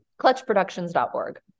Clutchproductions.org